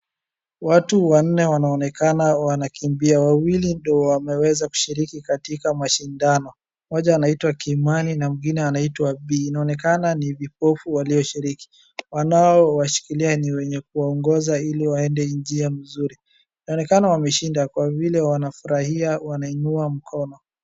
Watu wanne wanaonekana wanakimbia, wawili ndo wameweza kushiriki katika mashindano. Moja anaitwa Kimani na mwingine anaitwa B. Inaonekana ni vipofu walioshiriki wanaowashikilia wenye kuwaongoza ili waende njia mzuri. Inaonekana wameshinda kwa vile wanafurahia wanainua mkono.